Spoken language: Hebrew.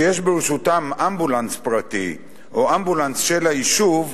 שיש ברשותם אמבולנס פרטי או אמבולנס של היישוב,